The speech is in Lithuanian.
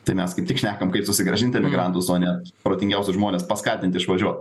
tai mes kaip tik šnekam kaip susigrąžint emigrantus o ne protingiausius žmones paskatint išvažiuot